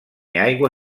aigua